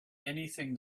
anything